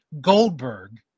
Goldberg